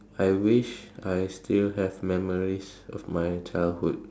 I wish I still have memories of my childhood